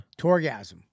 Torgasm